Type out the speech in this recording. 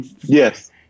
Yes